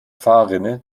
fahrrinne